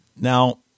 Now